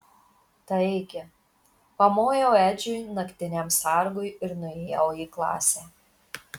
taigi pamojau edžiui naktiniam sargui ir nuėjau į klasę